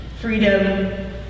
Freedom